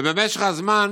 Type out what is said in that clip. ובמשך הזמן